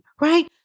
right